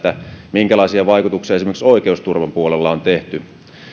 minkälaisia vaikutuksia esimerkiksi oikeusturvan puolella on tehty